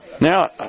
Now